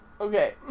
Okay